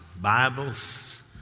bibles